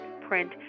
print